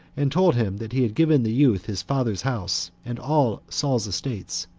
and told him that he had given the youth his father's house, and all saul's estate.